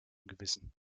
gewissen